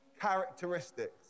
characteristics